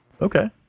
Okay